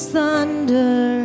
thunder